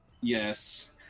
Yes